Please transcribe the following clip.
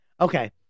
Okay